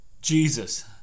Jesus